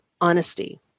honesty